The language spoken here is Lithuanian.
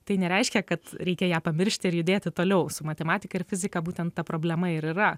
tai nereiškia kad reikia ją pamiršti ir judėti toliau su matematika ir fizika būtent ta problema ir yra